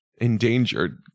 endangered